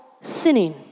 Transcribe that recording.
sinning